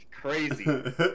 Crazy